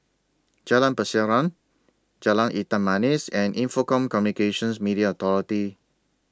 Jalan Pasiran Jalan Hitam Manis and Info Communications Media Authority